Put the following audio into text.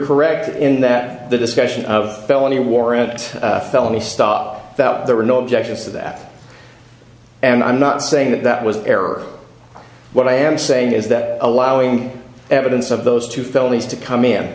correct in that the discussion of felony warrant a felony stop that there were no objections to that and i'm not saying that that was an error but i am saying is that allowing evidence of those two felonies to come in